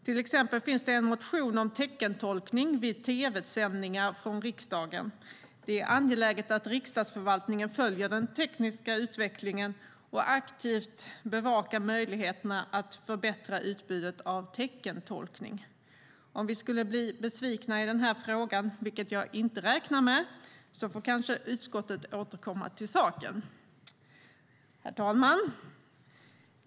Till exempel finns det en motion om teckentolkning vid tv-sändningar från riksdagen. Det är angeläget att riksdagsförvaltningen följer den tekniska utvecklingen och aktivt bevakar möjligheterna att förbättra utbudet av teckentolkning. Om vi skulle bli besvikna i denna fråga, vilket jag inte räknar med, får kanske utskottet återkomma till saken. Herr talman!